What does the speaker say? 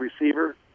receiver